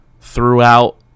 throughout